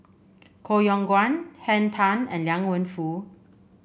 Koh Yong Guan Henn Tan and Liang Wenfu